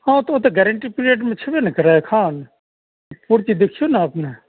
हँ तऽ ओ तऽ गारन्टी पीरियडमे छेबे नहि करय एखन पुर्ची देखियो ने अपने